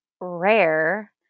rare